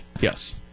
Yes